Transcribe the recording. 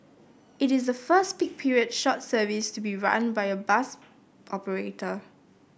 it is the first peak period short service to be run by a bus operator